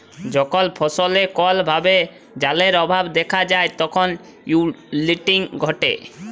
যখল ফসলে কল ভাবে জালের অভাব দ্যাখা যায় তখল উইলটিং ঘটে